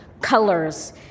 colors